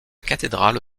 cathédrale